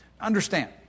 Understand